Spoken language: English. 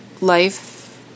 life